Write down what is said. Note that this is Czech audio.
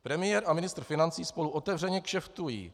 Premiér a ministr financí spolu otevřeně kšeftují.